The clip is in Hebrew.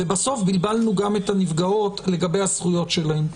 ובסוף בלבלנו גם את הנפגעות לגבי הזכויות שלהן.